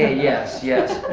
yes, yes.